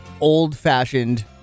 old-fashioned